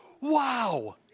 Wow